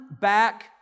back